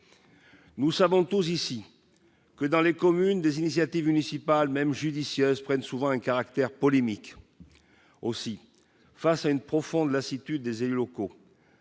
Nous savons tous ici que dans les communes des initiatives une ici pas même judicieuse prennent souvent un caractère polémique aussi face à une profonde lassitude des élus locaux.